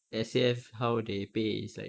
S_A_F how they pay is like